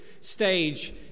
stage